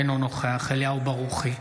אינו נוכח אליהו ברוכי,